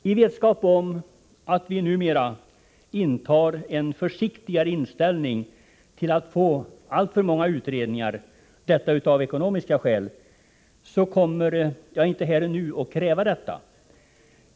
I vetskap om att vi numera måste ha en försiktigare inställning och av ekonomiska skäl bör undvika att tillsätta alltför många utredningar kommer jag inte här och nu att kräva att vi skall tillsätta den expertutredning jag efterlyst.